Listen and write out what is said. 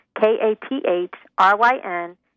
K-A-T-H-R-Y-N